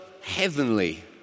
heavenly